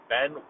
Ben